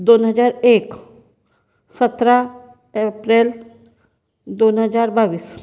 दोन हजार एक सतरा एप्रिल दोन हजार बावीस